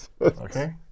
Okay